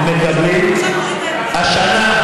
הם רוצים יותר משפחתונים.